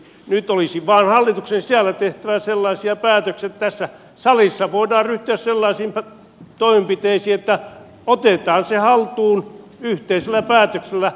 nyt olisi vain hallituksen sisällä tehtävä sellaisia päätöksiä että tässä salissa voidaan ryhtyä sellaisiin toimenpiteisiin että otetaan se haltuun yhteisellä päätöksellä